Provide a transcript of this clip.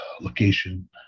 location